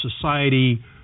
society